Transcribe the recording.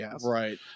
right